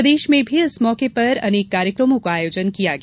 प्रदेश में भी इस मौके पर अनेक कार्यक्रमो का आयोजन किया गया